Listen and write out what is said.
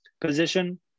position